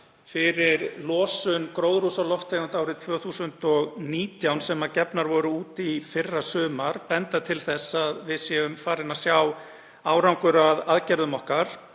fyrir losun gróðurhúsalofttegunda árið 2019, sem gefnar voru út í fyrrasumar, benda til þess að við séum farin að sjá árangur af aðgerðum okkar.